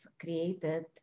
created